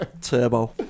Turbo